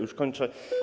Już kończę.